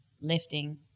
lifting